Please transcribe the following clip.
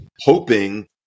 hoping